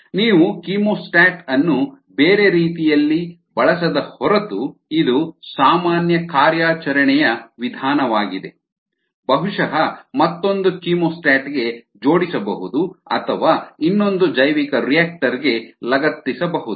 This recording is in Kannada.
ನೀವು ಕೀಮೋಸ್ಟಾಟ್ ಅನ್ನು ಬೇರೆ ರೀತಿಯಲ್ಲಿ ಬಳಸದ ಹೊರತು ಇದು ಸಾಮಾನ್ಯ ಕಾರ್ಯಾಚರಣೆಯ ವಿಧಾನವಾಗಿದೆ ಬಹುಶಃ ಮತ್ತೊಂದು ಕೀಮೋಸ್ಟಾಟ್ ಗೆ ಜೋಡಿಸಬಹುದು ಅಥವಾ ಇನ್ನೊಂದು ಜೈವಿಕರಿಯಾಕ್ಟರ್ ಗೆ ಲಗತ್ತಿಸಬಹುದು